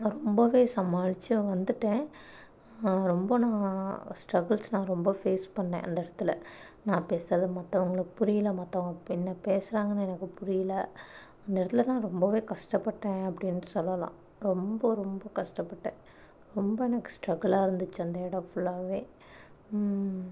நான் ரொம்பவே சமாளித்து வந்துட்டேன் நான் ரொம்ப நான் ஸ்ட்ரெகில்ஸ்லாம் ரொம்ப பேஸ் பண்ணேன் அந்த இடத்துல நான் பேசுகிறது மற்றவங்களுக்கு புரியல மற்றவங்க என்ன பேசுகிறாங்கனு எனக்கு புரியல அந்த இடத்துல நான் ரொம்பவே கஷ்டபட்டேன் அப்படினு சொல்லலாம் ரொம்ப ரொம்ப கஷ்டப்பட்டேன் ரொம்ப எனக்கு ஸ்ட்ரகுலாக இருந்துச்சு அந்த இடம் ஃபுல்லாவே